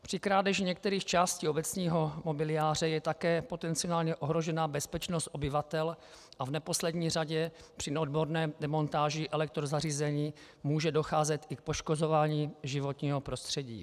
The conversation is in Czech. Při krádeži některých částí obecního mobiliáře je také potenciálně ohrožena bezpečnost obyvatel a v neposlední řadě při neodborné demontáži elektrozařízení může docházet i k poškozování životního prostředí.